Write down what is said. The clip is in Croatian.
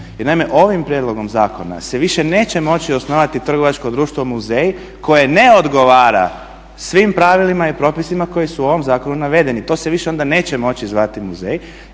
Jer naime ovim prijedlogom zakona se više neće moći osnovati trgovačko društvo muzej koje ne odgovara svim pravilima i propisima koji su u ovom zakonu navedeni. To se više neće moći zvati muzej